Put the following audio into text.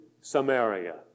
Samaria